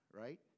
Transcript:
right